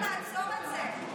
הצלחנו לעצור את זה.